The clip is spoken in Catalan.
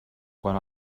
quan